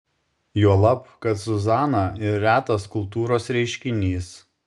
juolab kad zuzana ir retas kultūros reiškinys